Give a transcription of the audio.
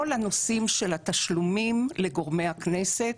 כל הנושאים של התשלומים לגורמי הכנסת.